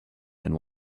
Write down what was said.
and